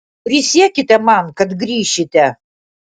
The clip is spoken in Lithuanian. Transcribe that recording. prisiekite man kad grįšite